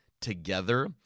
together